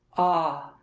ah!